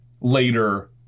later